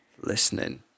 listening